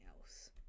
else